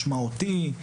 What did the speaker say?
משמעותי,